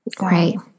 Right